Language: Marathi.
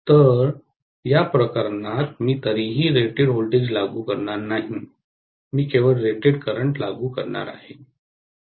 तर या प्रकरणात मी तरीही रेटेड व्होल्टेज लागू करणार नाही मी केवळ रेटेड करंट लागू करणार आहे